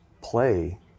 play